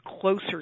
closer